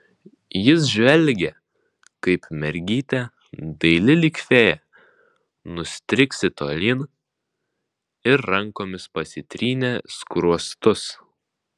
jis žvelgė kaip mergytė daili lyg fėja nustriksi tolyn ir rankomis pasitrynė skruostus